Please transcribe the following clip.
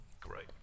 great